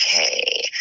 Okay